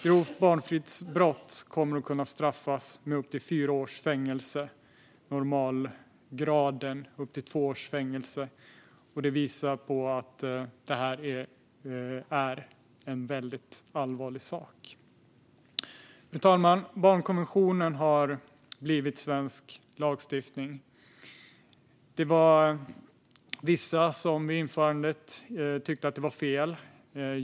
Grovt barnfridsbrott kommer att kunna straffas med upp till fyra års fängelse, och normalgraden kommer att kunna straffas med upp till två års fängelse. Det visar att det här är en väldigt allvarlig sak. Fru talman! Barnkonventionen har blivit svensk lag. Vissa tyckte vid införandet att det var fel.